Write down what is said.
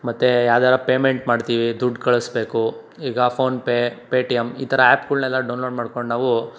ಮತ್ತು ಯಾವ್ದಾರ ಪೇಮೆಂಟ್ ಮಾಡ್ತೀವಿ ದುಡ್ಡು ಕಳಿಸ್ಬೇಕು ಈಗ ಫೋನ್ಪೇ ಪೇಟಿಎಂ ಈ ಥರ ಆ್ಯಪ್ಗಳನೆಲ್ಲ ಡೌನ್ಲೋಡ್ ಮಾಡ್ಕೊಂಡು ನಾವು